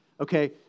Okay